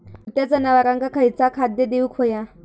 दुभत्या जनावरांका खयचा खाद्य देऊक व्हया?